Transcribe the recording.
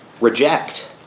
reject